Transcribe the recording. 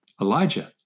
Elijah